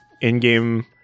in-game